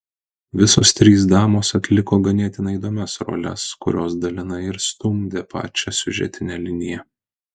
visos trys damos atliko ganėtinai įdomias roles kurios dalinai ir stumdė pačią siužetinę liniją